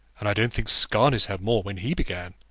and i don't think scarness had more when he began,